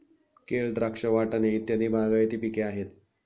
केळ, द्राक्ष, वाटाणे इत्यादी बागायती पिके आहेत